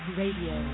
radio